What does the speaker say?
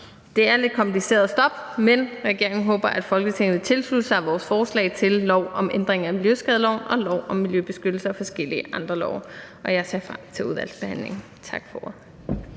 Det er lidt kompliceret stof, men regeringen håber, at Folketinget kan tilslutte sig vores forslag til lov om ændring af miljøskadeloven og lov om miljøbeskyttelse og forskellige andre love. Jeg ser frem til udvalgsbehandlingen. Tak for